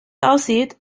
aussieht